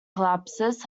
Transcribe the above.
collapses